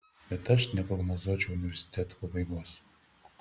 bet aš neprognozuočiau universitetų pabaigos